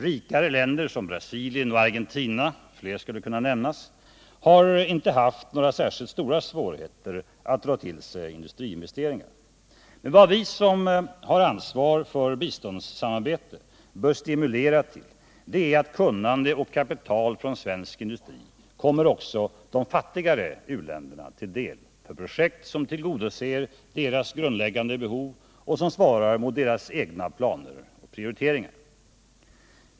Rikare länder, som Brasilien och Argentina — fler skulle kunna nämnas — har inte haft särskilt stora svårigheter att dra till sig industriinvesteringar. Vad vi som har ansvar för biståndssamarbete bör stimulera till är att kunnande och kapital från svensk industri kommer också de fattigare u-länderna till del för projekt som tillgodoser deras grundläggande behov och som svarar mot deras egna planer och prioriteringar.